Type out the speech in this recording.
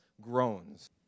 groans